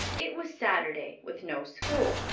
it was saturday, with no school,